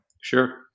Sure